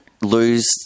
lose